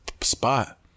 spot